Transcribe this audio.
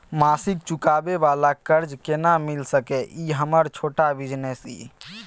मासिक चुकाबै वाला कर्ज केना मिल सकै इ हमर छोट बिजनेस इ?